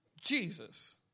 Jesus